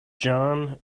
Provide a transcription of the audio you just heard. john